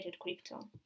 Crypto